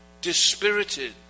dispirited